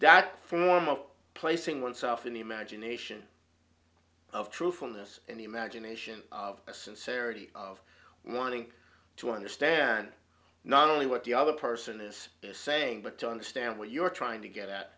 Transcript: that form of placing oneself in the imagination of truthfulness and imagination of the sincerity of wanting to understand not only what the other person is saying but to understand what you're trying to get at